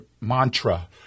mantra